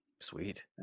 Sweet